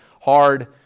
hard